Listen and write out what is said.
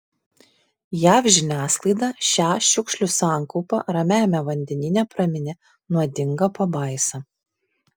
jav žiniasklaida šią šiukšlių sankaupą ramiajame vandenyne praminė nuodinga pabaisa